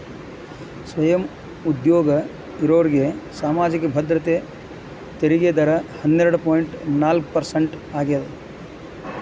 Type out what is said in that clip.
ಸ್ವಯಂ ಉದ್ಯೋಗ ಇರೋರ್ಗಿ ಸಾಮಾಜಿಕ ಭದ್ರತೆ ತೆರಿಗೆ ದರ ಹನ್ನೆರಡ್ ಪಾಯಿಂಟ್ ನಾಲ್ಕ್ ಪರ್ಸೆಂಟ್ ಆಗ್ಯಾದ